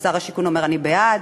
שר השיכון אומר: אני בעד.